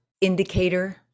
indicator